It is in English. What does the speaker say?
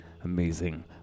amazing